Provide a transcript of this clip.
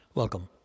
welcome